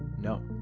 no.